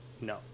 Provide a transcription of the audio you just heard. no